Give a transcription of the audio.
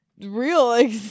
real